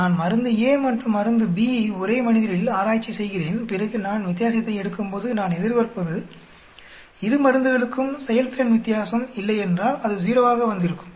நான் மருந்து A மற்றும் மருந்து B யை ஒரே மனிதரில் ஆராய்ச்சி செய்கிறேன் பிறகு நான் வித்தியாசத்தை எடுக்கும்போது நான் எதிர்பார்ப்பது இரு மருந்துகளுக்கும் செயல்திறன் வித்தியாசம் இல்லையென்றால் அது 0 ஆக வந்திருக்கும்